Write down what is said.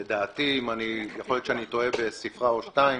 לדעתי, יכול להיות שאני טועה בספרה או שתיים